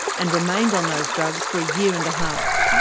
and remained on those drugs for a year and a half.